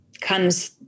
comes